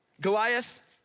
Goliath